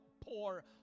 poor